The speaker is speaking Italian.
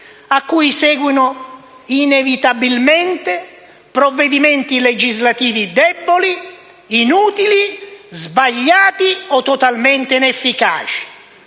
a cui seguono inevitabilmente provvedimenti legislativi deboli, inutili, sbagliati o totalmente inefficaci;